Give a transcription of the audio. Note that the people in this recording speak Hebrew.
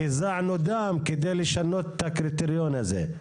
והזענו דם כדי לשנות את הקריטריון הזה.